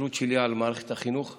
ההסתכלות שלי על מערכת החינוך הישראלית.